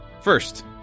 First